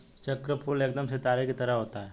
चक्रफूल एकदम सितारे की तरह होता है